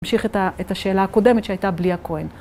אני אמשיך את השאלה הקודמת שהייתה בלי הכהן.